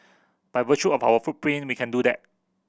by virtue of our footprint we can do that